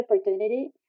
opportunity